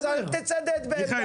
אז אל תצדד בעמדה הזאת.